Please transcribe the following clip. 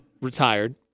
retired